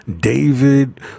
David